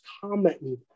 commenting